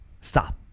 Stop